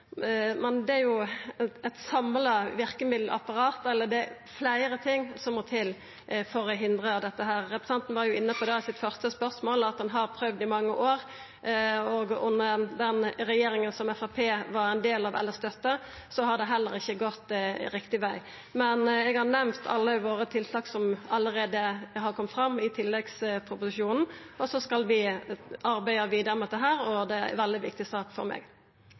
Det er fleire ting som må til for å hindra dette. Representanten var inne på det i sitt første spørsmål, at ein har prøvd i mange år. Under den regjeringa som Framstegspartiet var ein del av eller støtta, har det heller ikkje gått riktig veg. Eg har nemnt alle tiltaka våre som allereie har kome fram i tilleggsproposisjonen, og så skal vi arbeida vidare med dette. Det er ei veldig viktig sak for meg.